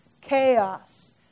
Chaos